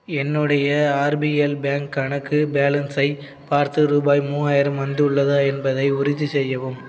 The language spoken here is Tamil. என்னுடைய ஆர்பிஎல் பேங்க் கணக்கு பேலன்ஸை பார்த்து ரூபாய் மூவாயிரம் வந்துள்ளதா என்பதை உறுதிசெய்யவும்